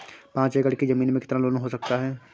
पाँच एकड़ की ज़मीन में कितना लोन हो सकता है?